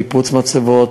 ניפוץ מצבות,